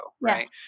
right